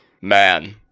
Man